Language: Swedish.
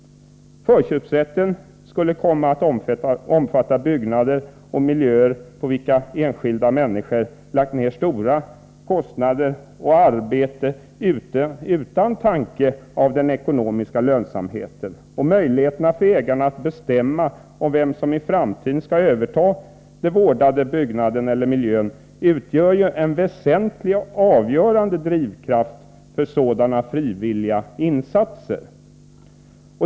Förköpsrätten skulle komma att omfatta byggnader och miljöer, på vilka enskilda människor lagt ner stora pengar och även arbete utan en tanke på den ekonomiska lönsamheten. Att ägaren har möjligheter att bestämma vem som i framtiden skall överta den vårdade byggnaden eller miljön utgör en väsentlig och avgörande drivkraft för sådana här frivilliga insatser.